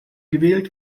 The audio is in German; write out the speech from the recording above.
gewählt